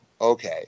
okay